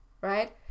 right